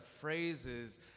phrases